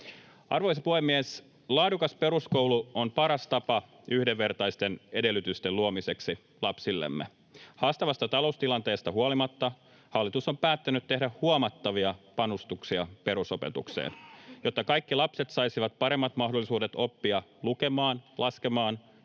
Arvoisa puhemies! Laadukas peruskoulu on paras tapa yhdenvertaisten edellytysten luomiseksi lapsillemme. Haastavasta taloustilanteesta huolimatta hallitus on päättänyt tehdä huomattavia panostuksia perusopetukseen. Jotta kaikki lapset saisivat paremmat mahdollisuudet oppia lukemaan, laskemaan ja